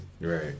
Right